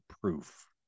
proof